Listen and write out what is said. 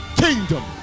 kingdom